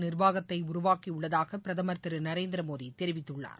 நிர்வாகத்தை உருவாக்கியுள்ளதாக பிரதமர் திரு நரேந்திரமோடி தெரிவித்துள்ளார்